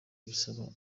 bisaba